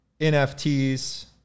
NFTs